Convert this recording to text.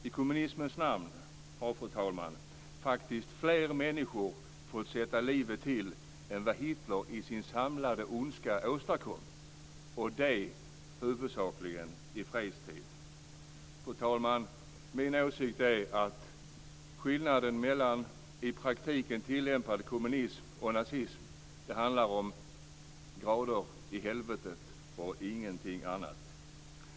I kommunismens namn har, fru talman, faktiskt fler människor fått sätta livet till än vad Hitler i sin samlade ondska åstadkom - och det huvudsakligen i fredstid. Fru talman! Min åsikt är att skillnaden mellan i praktiken tillämpad kommunism och nazism handlar om grader i helvetet och ingenting annat.